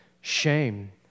shame